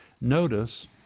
Notice